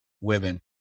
women